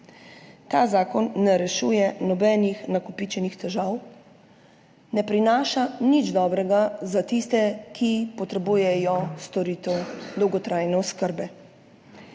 Ta zakon ne rešuje nobenih nakopičenih težav, ne prinaša nič dobrega za tiste, ki potrebujejo storitev dolgotrajne oskrbe.